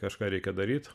kažką reikia daryt